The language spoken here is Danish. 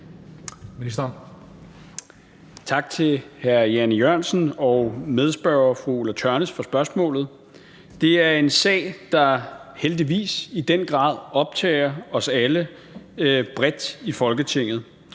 Tak til hr. Jan E. Jørgensen og medspørger fru Ulla Tørnæs for spørgsmålet. Det er en sag, der heldigvis i den grad optager os alle bredt i Folketinget.